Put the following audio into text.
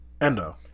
Endo